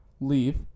Leave